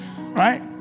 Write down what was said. right